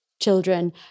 children